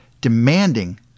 demanding